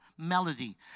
melody